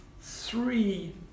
three